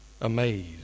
amazed